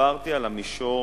דיברתי על המישור